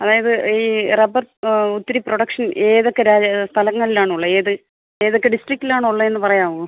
അതായത് ഈ റബ്ബർ ഒത്തിരി പ്രൊഡക്ഷൻ ഏതൊക്കെ രാജ്യ സ്ഥലങ്ങളിലാണുള്ളേ ഏത് ഏതൊക്കെ ഡിസ്ട്രിക്റ്റിലാണുള്ളേന്ന് പറയാമോ